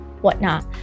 whatnot